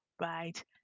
right